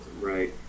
right